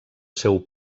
seu